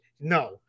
no